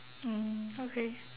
mm okay